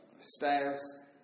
staffs